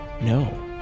No